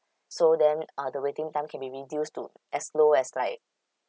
so then uh the waiting time can be reduce to as slow as like